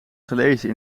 gelezen